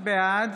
בעד